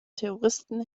terroristen